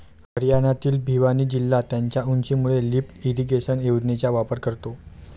हरियाणातील भिवानी जिल्हा त्याच्या उंचीमुळे लिफ्ट इरिगेशन योजनेचा वापर करतो